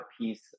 piece